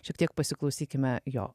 šiek tiek pasiklausykime jo